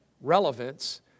relevance